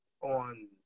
on